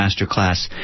Masterclass